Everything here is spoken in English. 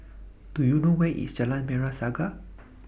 Do YOU know Where IS Jalan Merah Saga